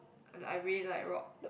like I really like rock